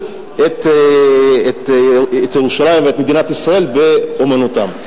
את ירושלים ואת מדינת ישראל באמנותם.